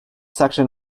section